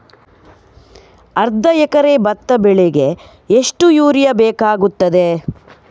ಅರ್ಧ ಎಕರೆ ಭತ್ತ ಬೆಳೆಗೆ ಎಷ್ಟು ಯೂರಿಯಾ ಬೇಕಾಗುತ್ತದೆ?